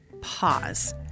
pause